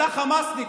אתה חמאסניק,